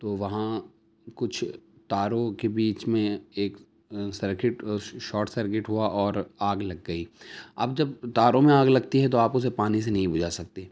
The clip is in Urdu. تو وہاں کچھ تاروں کے بیچ میں ایک سرکٹ شاٹ سرکٹ ہوا اور آگ لگ گئی اب جب تاروں میں آگ لگتی ہے تو آپ اسے پانی سے نہیں بجھا سکتے